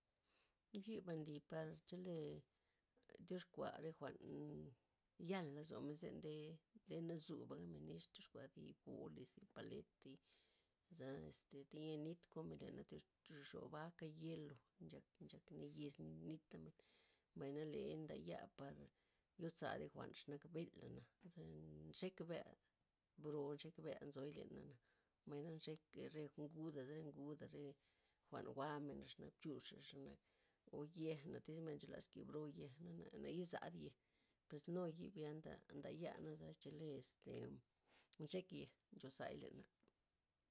Yiba' nli par chele tyoskua re jwa'n yal lozomen ze nde- nde nazu gabmen nix tyox kuamen zi bolis thi palet, thi za este thienit komen leney tyoz- tyoxoba aka hiel. o nchal- nchak neyes nita mbay- mbay ley ndaya' par yotza' re jwa'n xw nak belana', za nxeka' bea' broo nxek bea nzoy lena', mbay naa nxek re ngud- zre nguda', re jwa'n jwa' men xenak chux, xe nak o yeja' o tiz nche lasmen kemen bro yej na- na- nayes zad yej, pos nu yibya' nda ndaya' ze chele este nxek nej nchozay leney.